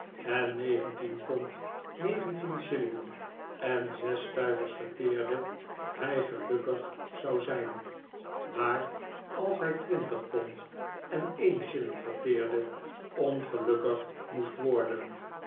en negentien pond negentien shillingen en zes stuivers verteerde hij gelukkig zou zijn maar als hij twintig pond en een shilling verteerde ongelukkig moest worden